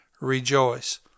rejoice